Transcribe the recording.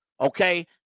Okay